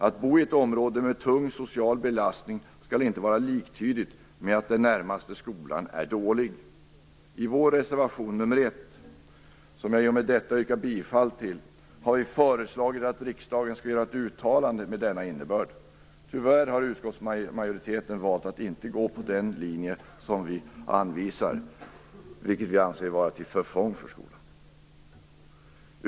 Att bo i ett område med tung social belastning skall inte vara liktydigt med att den närmaste skolan är dålig. I vår reservation nr 1, som jag i och med detta yrkar bifall till, har vi föreslagit att riksdagen skall göra ett uttalande med denna innebörd. Tyvärr har utskottsmajoriteten valt att inte gå på den linje som vi anvisar, vilket vi anser vara till förfång för skolan.